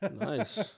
Nice